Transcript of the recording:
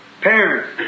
Parents